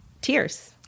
tears